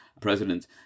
president